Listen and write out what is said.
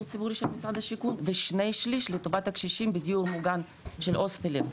הציבורי של משרד השיכון ושני שליש לטובת הקשישים בדיור מוגן של הוסטלים,